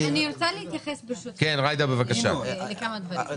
אני רוצה להתייחס, ברשותכם, לכמה דברים.